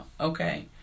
okay